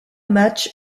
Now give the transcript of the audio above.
match